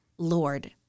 Lord